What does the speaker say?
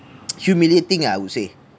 humiliating ah I would say